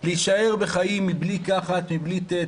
להישאר בחיים מבלי קחת מבלי תת,